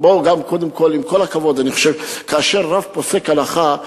עם כל הכבוד, כאשר רב פוסק הלכה,